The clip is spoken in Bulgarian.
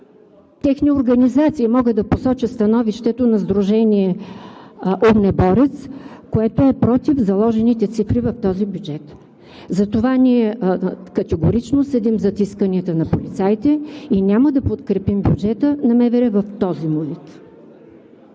техни организации. Мога да посоча становището на Сдружение „Огнеборец“, което е против заложените цифри в този бюджет. Затова ние категорично седим зад исканията на полицаите и няма да подкрепим бюджета на МВР в този му вид.